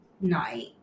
night